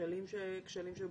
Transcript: כשלים שהיו במגדל?